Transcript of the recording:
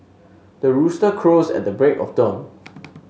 the rooster crows at the break of dawn